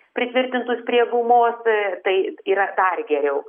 pritvirtintus prie gumos a tai yra dar geriau